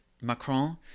Macron